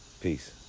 Peace